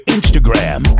Instagram